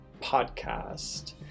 podcast